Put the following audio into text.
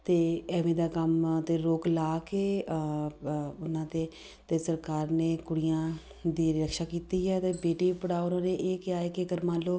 ਅਤੇ ਐਵੇਂ ਦਾ ਕੰਮਾਂ 'ਤੇ ਰੋਕ ਲਾ ਕੇ ਉਹਨਾਂ 'ਤੇ ਅਤੇ ਸਰਕਾਰ ਨੇ ਕੁੜੀਆਂ ਦੀ ਰਕਸ਼ਾ ਕੀਤੀ ਹੈ ਅਤੇ ਬੇਟੀ ਪੜ੍ਹਾਓ ਔਰ ਉਹਨਾਂ ਨੇ ਇਹ ਕਿਹਾ ਹੈ ਕਿ ਅਗਰ ਮੰਨ ਲਓ